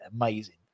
amazing